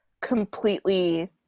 completely